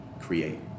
Create